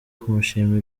kumushimira